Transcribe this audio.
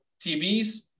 TVs